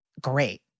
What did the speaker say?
Great